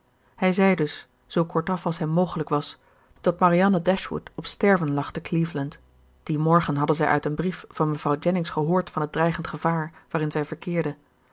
hij zei dus zoo kortaf als hem mogelijk was dat marianne dashwood op sterven lag te cleveland dien morgen hadden zij uit een brief van mevrouw jennings gehoord van het dreigend gevaar waarin zij verkeerde